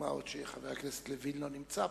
מה עוד שחבר הכנסת לוין לא נמצא פה.